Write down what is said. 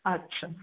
আচ্ছা